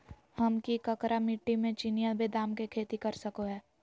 हम की करका मिट्टी में चिनिया बेदाम के खेती कर सको है?